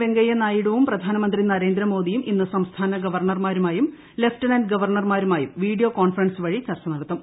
വെങ്കയ്യ നായിഡുവും പ്രധാനമന്ത്രി നരേന്ദ്രമോദിയും ഇന്ന് സംസ്ഥാന ഗവർണ്ണർമാരുമായും ലഫ്റ്റനന്റ് ഗവർണർമാരുമായും വീഡിയോ കോൺഫറൻസ് വഴി ചർച്ച നടത്തും